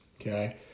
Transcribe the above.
Okay